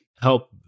help